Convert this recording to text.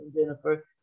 Jennifer